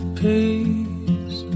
peace